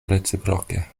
reciproke